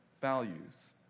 values